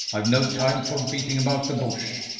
i've no time for beating about the bush.